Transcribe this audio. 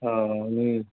मी